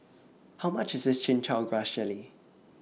How much IS Chin Chow Grass Jelly